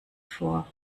vor